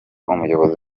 umuyobozi